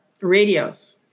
radios